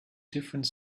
different